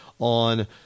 on